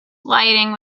lighting